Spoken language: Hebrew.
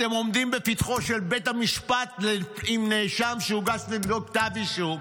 אתם עומדים בפתחו של בית המשפט עם נאשם שהוגש נגדו כתב אישום.